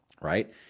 Right